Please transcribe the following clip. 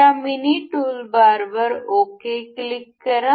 या मिनी टूलबारवर okay click करा